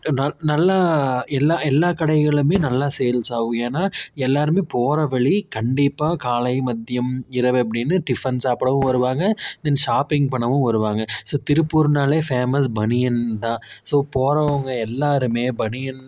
நல் நல்லா எல்லா எல்லாக் கடைகளுமே நல்லா சேல்ஸ் ஆகும் ஏன்னா எல்லாருமே போகிற வழி கண்டிப்பாக காலை மதியம் இரவு அப்படின்னு டிஃபன் சாப்பிடவும் வருவாங்க தென் ஷாப்பிங் பண்ணவும் வருவாங்க ஸோ திருப்பூர்னாலே ஃபேமஸ் பனியன் தான் ஸோ போகிறவங்க எல்லாருமே பனியன்